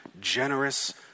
generous